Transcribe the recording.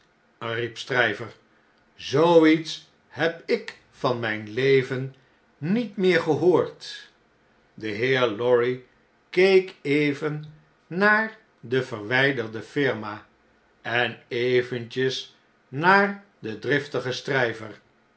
zoo ietshebik van mijn leven niet meer gehoord de heer lorry keek even naar de verwijderde mrma en eventjes naar den driftigen